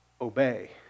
obey